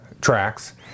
tracks